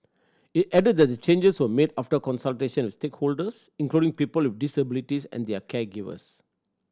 it added that changes were made after consultations with stakeholders including people with disabilities and their caregivers